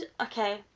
Okay